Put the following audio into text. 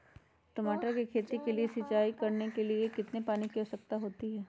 टमाटर की खेती के लिए सिंचाई करने के लिए कितने पानी की आवश्यकता होती है?